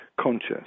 conscious